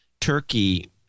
Turkey